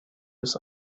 ist